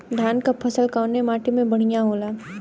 धान क फसल कवने माटी में बढ़ियां होला?